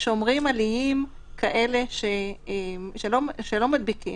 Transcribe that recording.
שומרים על איים כאלה שלא מדביקים,